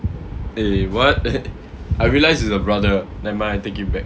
eh what I realized is a brother never mind I take it back